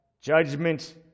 Judgment